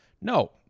No